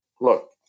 look